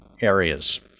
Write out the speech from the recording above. areas